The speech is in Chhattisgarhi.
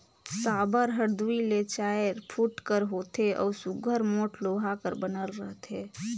साबर हर दूई ले चाएर फुट कर होथे अउ सुग्घर मोट लोहा कर बनल रहथे